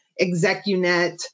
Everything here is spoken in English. execunet